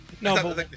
No